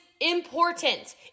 important